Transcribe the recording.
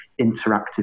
interactive